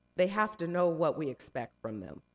they have to know what we expect from them.